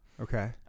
Okay